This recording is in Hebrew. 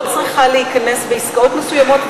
לא צריכה להיכנס בעסקאות מסוימות,